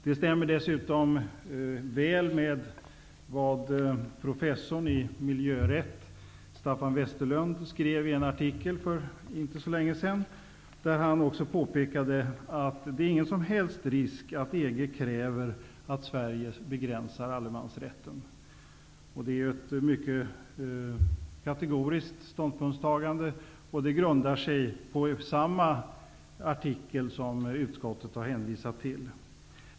Det stämmer dessutom väl med vad professorn i miljörätt, Staffan Westerlund, skrev i en artikel för inte så länge sedan, där han också påpekade att det inte finns någon som helst risk att EG kräver att Sverige begränsar allemansrätten. Det är ju ett mycket kategoriskt ställningstagande som grundar sig på samma artikel som utskottet har hänvisat till.